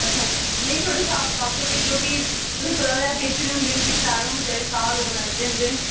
अच्छा मिगी थोह्ड़े साफ साफ गै भेजेओ फ्ही तुसें पता ते ऐ भेचने होंदे न फ्ही शैल होने चाहिदे तां लोक लैंदे न